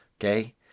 Okay